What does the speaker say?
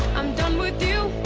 i'm done with you